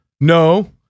No